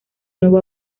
nuevo